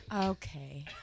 Okay